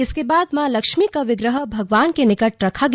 इसके बाद मां लक्ष्मी का विग्रह भंगवान के निकट रखा गया